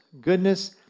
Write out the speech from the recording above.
goodness